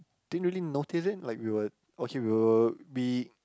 didn't really notice it like we were okay we were we